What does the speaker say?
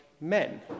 men